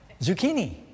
Zucchini